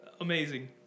Amazing